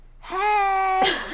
Hey